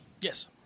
Yes